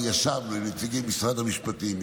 ישבנו עם נציגים ממשרד המשפטים,